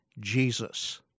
Jesus